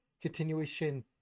continuation